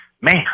man